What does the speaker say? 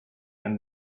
and